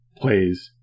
plays